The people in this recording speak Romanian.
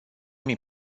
mii